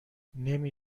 نمی